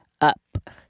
up